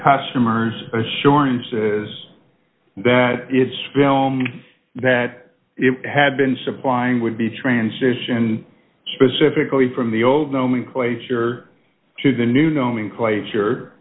customers assurances that its bill that had been supplying would be transitioned specifically from the old nomenclature to the new nomenclature